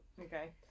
Okay